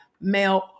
male